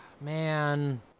Man